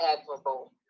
admirable